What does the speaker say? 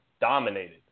dominated